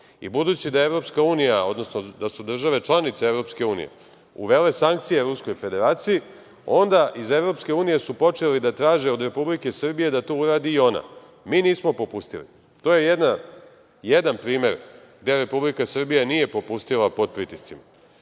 odnosno da su države članice EU uvele sankcije Ruskoj Federaciji, onda iz EU su počeli da traže od Republike Srbije da to uradi i ona. Mi nismo popustili. To je jedan primer gde Republika Srbija nije popustila pod pritiscima.